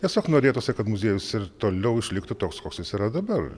tiesiog norėtųsi kad muziejus ir toliau išliktų toks koks jis yra dabar